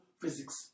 physics